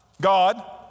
God